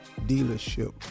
dealership